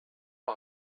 pas